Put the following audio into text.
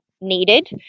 needed